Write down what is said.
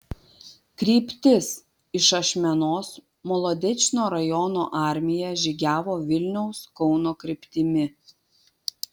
kryptis iš ašmenos molodečno rajono armija žygiavo vilniaus kauno kryptimi